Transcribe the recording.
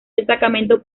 destacamento